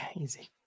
easy